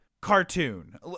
cartoon